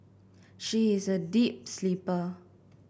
she is a deep sleeper